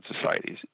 societies